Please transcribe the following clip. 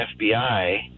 FBI